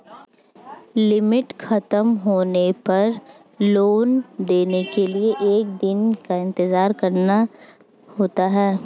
limit खत्म होने पर लेन देन के लिए एक दिन का इंतजार करना होता है